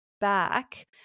back